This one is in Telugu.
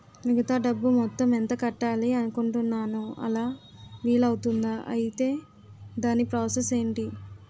మిగతా డబ్బు మొత్తం ఎంత కట్టాలి అనుకుంటున్నాను అలా వీలు అవ్తుంధా? ఐటీ దాని ప్రాసెస్ ఎంటి?